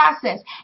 process